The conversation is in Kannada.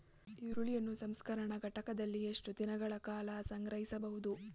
ಈರುಳ್ಳಿಯನ್ನು ಸಂಸ್ಕರಣಾ ಘಟಕಗಳಲ್ಲಿ ಎಷ್ಟು ದಿನಗಳ ಕಾಲ ಸಂಗ್ರಹಿಸಬಹುದು?